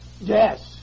Yes